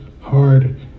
hard